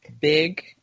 big